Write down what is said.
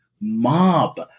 mob